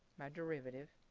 my derivative,